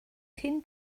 cyn